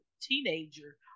teenager